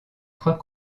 trois